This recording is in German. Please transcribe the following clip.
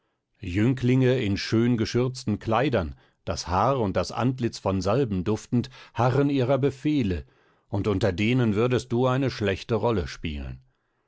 jünglinge in schön geschürzten kleidern das haar und das antlitz von salben duftend harren ihrer befehle und unter denen würdest du eine schlechte rolle spielen